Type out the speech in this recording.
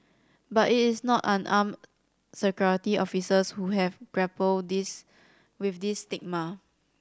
but it is not unarmed Security Officers who have to grapple this with this stigma